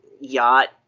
yacht